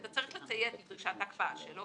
אתה צריך לציין את דרישת ההקפאה שלו,